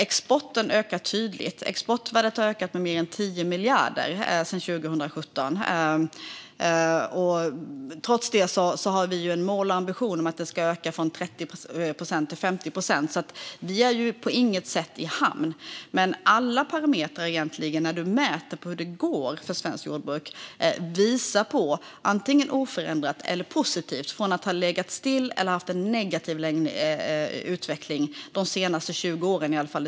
Exporten ökar tydligt. Exportvärdet har ökat med mer än 10 miljarder sedan 2017. Trots det har vi som mål och ambition att det ska öka från 30 procent till 50 procent, så vi är på intet sätt i hamn. Men när man mäter hur det går för svenskt jordbruk ser man att alla parametrar visar på en antingen oförändrad eller positiv utveckling från en stillastående eller negativ - de senaste 20 åren, i alla fall.